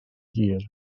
hir